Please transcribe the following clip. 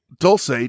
Dulce